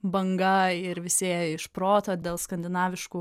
banga ir visi ėjo iš proto dėl skandinaviškų